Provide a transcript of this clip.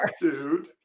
dude